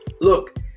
Look